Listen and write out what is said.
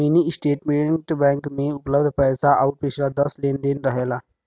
mini statement bank में उपलब्ध पैसा आउर पिछला दस लेन देन रहेला